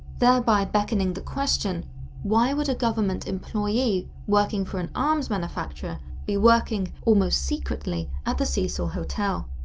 thereby, beckoning the question why would a government employee working for an arms manufacturer be working, almost secretly, at the cecil hotel?